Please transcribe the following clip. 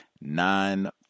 nine